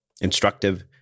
instructive